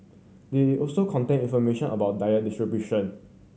they also contain information about diet distribution